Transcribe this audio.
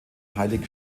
heiligen